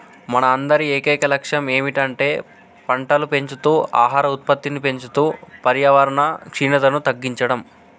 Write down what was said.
మన అందరి ఏకైక లక్షణం ఏమిటంటే పంటలు పెంచుతూ ఆహార ఉత్పత్తిని పెంచుతూ పర్యావరణ క్షీణతను తగ్గించడం